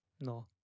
No